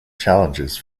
challenges